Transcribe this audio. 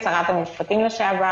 שרת המשפטים לשעבר